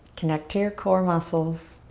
connect to your core muscles.